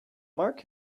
mark